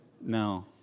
No